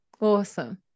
Awesome